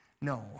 No